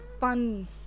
fun